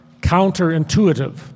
counterintuitive